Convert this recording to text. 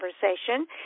conversation